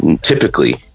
typically